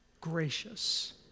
gracious